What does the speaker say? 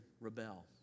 rebel